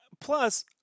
plus